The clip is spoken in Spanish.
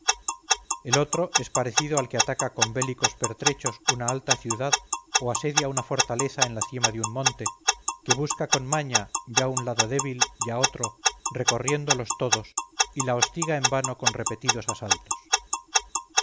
el otro es parecido al que ataca con bélicos pertrechos una alta ciudad o asedia una fortaleza en la cima de un monte que busca con maña ya un lado débil ya otro recorriéndolos todos y la hostiga en vano con repetidos asaltos